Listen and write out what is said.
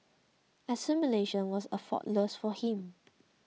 assimilation was effortless for him